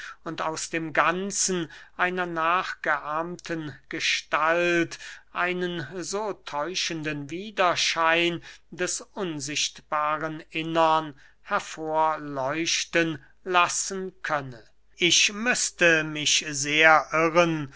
und aus dem ganzen einer nachgeahmten gestalt einen so täuschenden widerschein des unsichtbaren innern hervorleuchten lassen könne ich müßte mich sehr irren